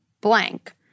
blank